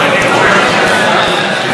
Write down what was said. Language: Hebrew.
שר התיירות יריב